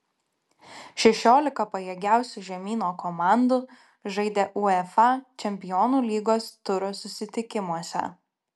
šešiolika pajėgiausių žemyno komandų žaidė uefa čempionų lygos turo susitikimus